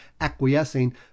acquiescing